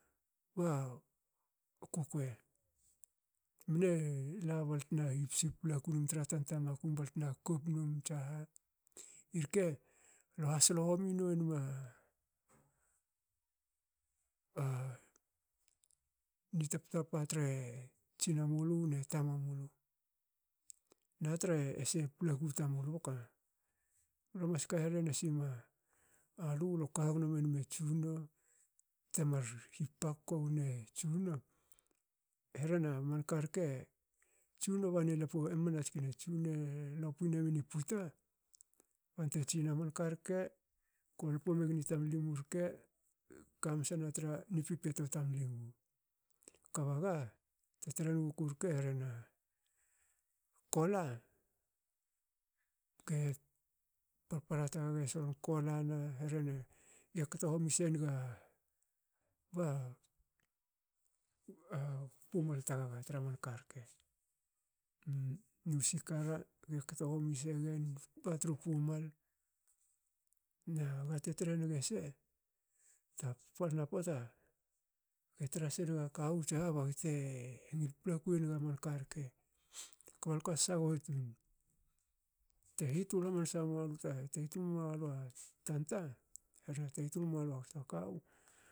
Ba kukuei mne la baltna hipsi paplaku tra num tanta makum balte na kop num tsaha. irke lue hasolo homi nue nma ni taptapa tre tsinamulu ne tamamulu natre ese paplaku tamulu boka. Lo mas karehe nasima alu lo kagnomenma tsunno temar hipakoko wne tsunno. E hrena man karke tsunno banie lpo mna tskne tsunno e lopin emini puta bante tsinna manka rke ko lpo megen i tamulu rke kamansa na tra ni pipito tamlimu kba ga. te tre nguku rke herena kola. parpara tagaga solon kolana hrena ge kto homi senaga ba pumal tagaga tra man karke. nu sikara ge kto homi segen. Na gate tre nge se tapalna pota ge tra senaga kawu baga tengil paplaku enga manka rke. kba lka sagho tun te hitul hamansa mualu a tanta hena te hitul malu kawu